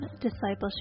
discipleship